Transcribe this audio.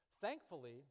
Thankfully